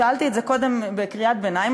שאלתי את זה קודם בקריאת ביניים,